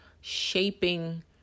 shaping